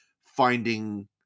finding